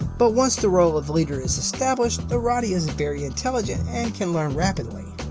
but, once the role of leader is established the rottie is very intelligent and can learn rapidly.